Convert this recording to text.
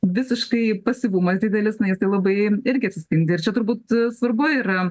visiškai pasyvumas didelis na jisai labai irgi atsispindi ir čia turbūt svarbu yra